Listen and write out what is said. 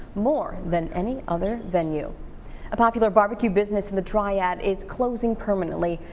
more than any other venu popular barbecue business in the triad is closing permanently,